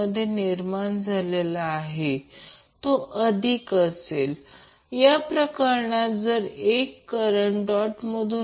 माझे म्हणणे आहे की जर हे समीकरण 1 असेल तर ते खूपच मनोरंजक आहे समजा समीकरण 1 मधून